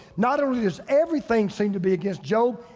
not only is everything seem to be against job,